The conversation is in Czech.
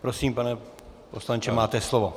Prosím, pane poslanče, máte slovo.